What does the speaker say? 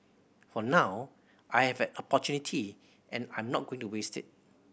for now I have an opportunity and I'm not going to waste it